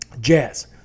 Jazz